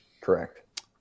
Correct